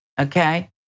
okay